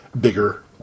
bigger